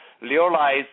realize